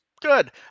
good